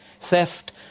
theft